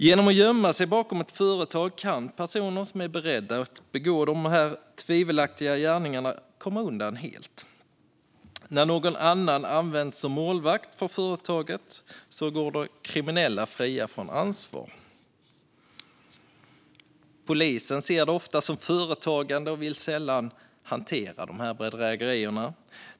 Genom att gömma sig bakom ett företag kan personer som är beredda att begå dessa tvivelaktiga gärningar komma undan helt. När någon annan har använts som målvakt för företaget går de kriminella fria från ansvar. Polisen ser det ofta som företagande och vill sällan hantera bedrägerierna.